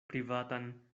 privatan